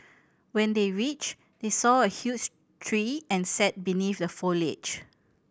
when they reached they saw a huge tree and sat beneath the foliage